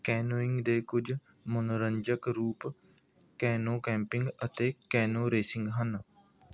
canoeing ਦੇ ਕੁਝ ਮਨੋਰੰਜਕ ਰੂਪ ਕੈਨੋ ਕੈਂਪਿੰਗ ਅਤੇ ਕੈਨੋ ਰੇਸਿੰਗ ਹਨ